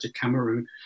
Cameroon